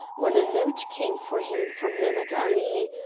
when a note came for him from mehemet ali.